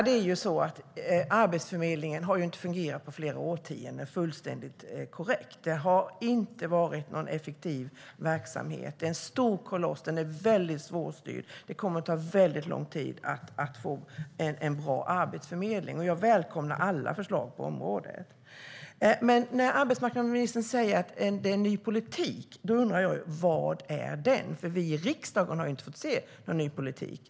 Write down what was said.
Herr talman! Arbetsförmedlingen har inte fungerat på flera årtionden; det är fullständigt korrekt. Det har inte varit någon effektiv verksamhet. Det är en stor koloss som är väldigt svårstyrd, och det kommer att ta väldigt lång tid att få en bra arbetsförmedling. Jag välkomnar alla förslag på området. Arbetsmarknadsministern säger att det är en ny politik. Då undrar jag: Var är den? Vi i riksdagen har ju inte fått se någon ny politik.